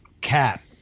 cap